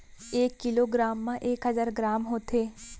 एक kilo gram मा एक हजार ग्राम होथे